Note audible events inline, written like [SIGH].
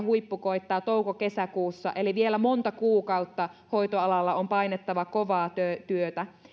[UNINTELLIGIBLE] huippu koittaa touko kesäkuussa eli vielä monta kuukautta hoitoalalla on painettava kovaa työtä